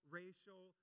racial